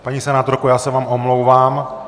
Paní senátorko, já se vám omlouvám.